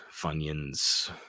Funyuns